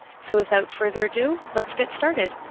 so without further ado, let's get started.